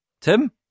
Tim